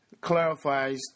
clarifies